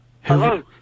hello